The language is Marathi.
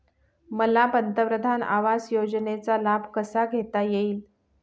मला पंतप्रधान आवास योजनेचा लाभ कसा घेता येईल?